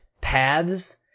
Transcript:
paths